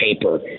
paper